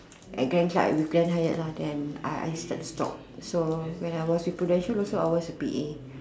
at grand side with Grand-Hyatt lah then I search job so when I was in Prudential also I was a P_A